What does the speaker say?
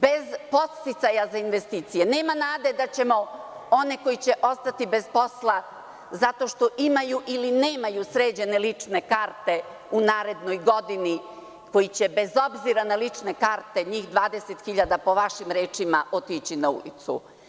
Bez podsticaja za investicije nema nade da ćemo one koji će ostati bez posla zato što imaju ili nemaju sređene lične karte u narednoj godini, koji će bez obzira na lične karte, njih 20.000, po vašim rečima, otići na ulicu.